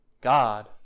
God